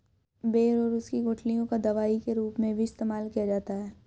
बेर और उसकी गुठलियों का दवाई के रूप में भी इस्तेमाल किया जाता है